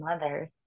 mothers